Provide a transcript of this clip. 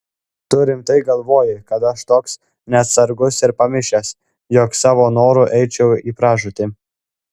tu rimtai galvoji kad aš toks neatsargus ir pamišęs jog savo noru eičiau į pražūtį